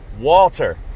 Walter